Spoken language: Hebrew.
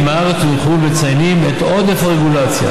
אדוני היושב-ראש,